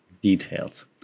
details